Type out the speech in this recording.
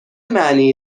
معنی